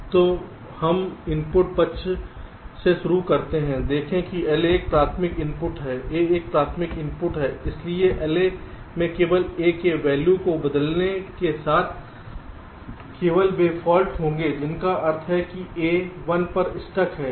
तो हम इनपुट पक्ष से शुरू करते हैं देखें कि LA एक प्राथमिक इनपुट है A एक प्राथमिक इनपुट है इसलिए LA में केवल A के वैल्यू को बदलने के साथ केवल वे फाल्ट होंगे जिसका अर्थ है कि A 1 पर स्टक है